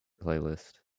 playlist